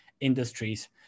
industries